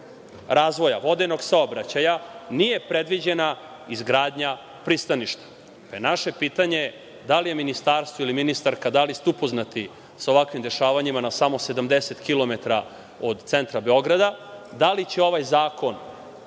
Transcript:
razvoja vodenog saobraćaja nije predviđena izgradnja pristaništa. Naše je pitanje – da li ste ministarka upoznati sa ovakvim dešavanjima na samo 70 km od centra Beograda? Da li će ovaj zakon